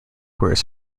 his